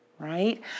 Right